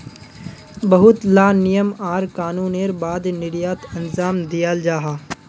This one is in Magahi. बहुत ला नियम आर कानूनेर बाद निर्यात अंजाम दियाल जाहा